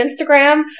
Instagram